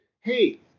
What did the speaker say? Hey